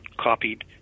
copied